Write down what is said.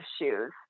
shoes